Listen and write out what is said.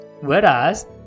whereas